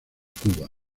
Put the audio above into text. cuba